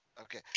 Okay